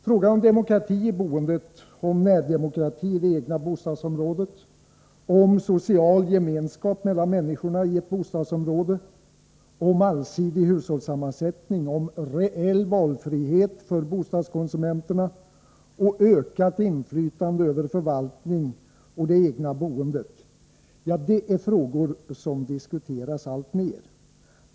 Frågor om demokrati i boendet, om närdemokrati i det egna bostadsområdet, om social gemenskap mellan människorna i ett bostadsområde, om allsidig hushållssammansättning, om reell valfrihet för bostadskonsumenterna och ökat inflytande över förvaltning och det egna boendet, det är frågor som diskuteras alltmer.